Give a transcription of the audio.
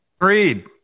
Agreed